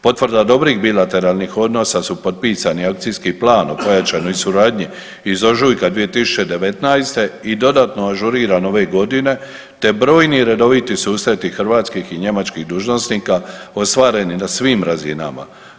Potvrda dobrih bilateralnih odnosa su potpisani Akcijskim planom o pojačanoj suradnji iz ožujka 2019. i dodatno ažuriran ove godine te brojni i redoviti susreti hrvatskih i njemačkih dužnosnika ostvareni na svim razinama.